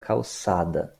calçada